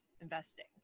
investing